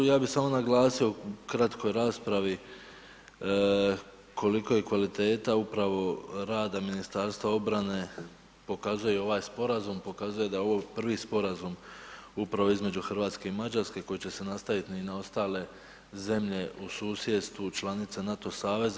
Ja bih samo naglasio u kratkoj raspravi kolika je kvaliteta upravo rada Ministarstva obrane pokazuje ovaj sporazum, pokazuje da je ovo prvi sporazum upravo između Hrvatske i Mađarske koji će se nastaviti i na ostale zemlje u susjedstvu članice NATO saveza.